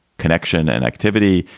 connection and activity,